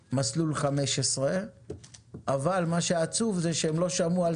מסלול 15. אבל מה שעצוב באמת זה שהם לא שמעו על